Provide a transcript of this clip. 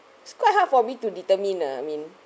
it's quite hard for me to determine ah I mean